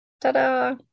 Ta-da